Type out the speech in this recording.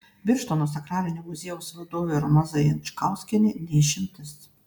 birštono sakralinio muziejaus vadovė roma zajančkauskienė ne išimtis